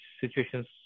Situations